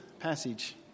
passage